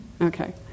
Okay